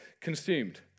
consumed